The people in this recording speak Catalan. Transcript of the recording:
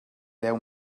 deu